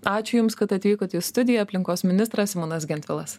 ačiū jums kad atvykot į studiją aplinkos ministras simonas gentvilas